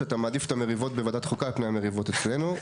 שאתה מעדיף את המריבות בוועדת החוקה על פני המריבות אצלנו.